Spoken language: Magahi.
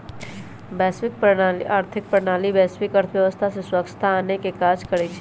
वैश्विक आर्थिक प्रणाली वैश्विक अर्थव्यवस्था में स्वछता आनेके काज करइ छइ